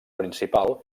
principal